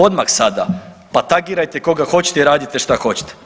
Odmah sada, pa tagirajte koga hoćete i radite šta hoćete.